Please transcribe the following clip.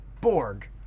Borg